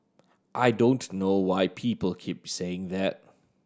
I don't know why people keep saying that